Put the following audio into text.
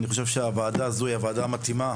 אני חושב שהוועדה הזו היא הוועדה המתאימה.